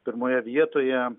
pirmoje vietoje